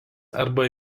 arba